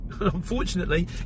Unfortunately